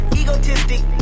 egotistic